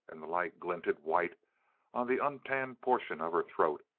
and the light glinted white on the untanned portion of her throat,